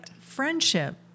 friendship